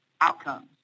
outcomes